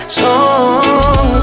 song